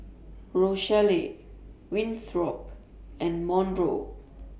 Rochelle Winthrop and Monroe